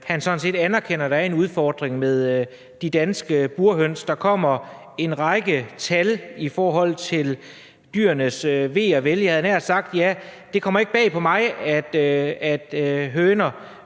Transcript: han sådan set anerkender, at der er en udfordring med de danske burhøns. Der kommer en række tal i forhold til dyrenes ve og vel, og jeg havde nær sagt, at ja, det kommer ikke bag på mig, at høner